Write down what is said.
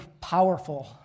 powerful